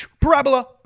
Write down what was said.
Parabola